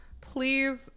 please